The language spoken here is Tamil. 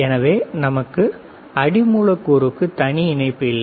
எனவே நமக்கு அடி மூலக்கூறுக்கு தனி இணைப்பு இல்லை